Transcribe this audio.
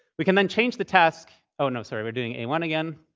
we can then change the task oh, no, sorry. we're doing a one again,